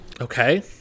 Okay